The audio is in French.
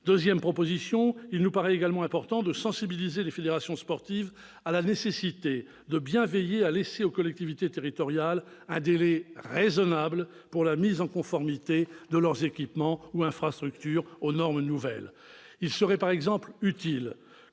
Deuxième proposition, il nous paraît également important de sensibiliser les fédérations sportives à la nécessité de bien veiller à laisser aux collectivités territoriales un délai raisonnable pour la mise en conformité aux normes nouvelles de leurs équipements ou infrastructures. Il serait par exemple utile